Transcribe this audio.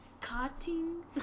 cutting